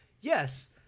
yes